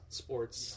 sports